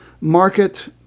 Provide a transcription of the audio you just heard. market